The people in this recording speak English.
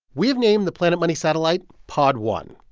we have named the planet money satellite pod one.